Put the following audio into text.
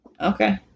Okay